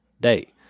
day